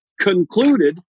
concluded